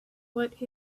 what